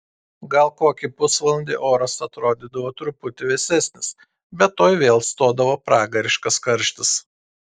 gal kokį pusvalandį oras atrodydavo truputį vėsesnis bet tuoj vėl stodavo pragariškas karštis